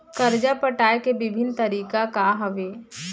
करजा पटाए के विभिन्न तरीका का हवे?